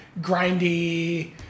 grindy